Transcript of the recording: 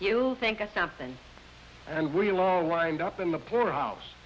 you'll think of something and we'll all wind up in the poorhouse